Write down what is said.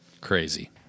Crazy